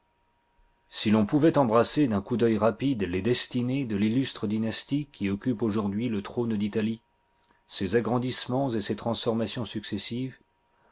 si l'on pouvait embrasser d'un coup d'oeil rapide les destinées de l'illustre dynastie qui occupe aujourd'hui le trône d'italie ses agrandissements et ses transformations successives